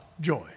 joy